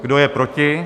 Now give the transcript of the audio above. Kdo je proti?